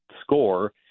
score